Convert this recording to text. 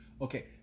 okay